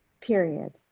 period